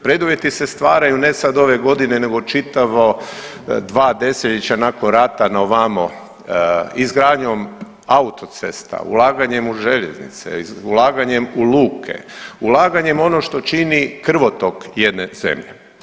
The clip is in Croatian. Preduvjeti se stvaraju ne sad ove godine nego čitavo 2 desetljeća nakon rata naovamo izgradnjom autocesta, ulaganjem u željeznice, ulaganjem u luke, ulaganjem ono što čini krvotok jedne zemlje.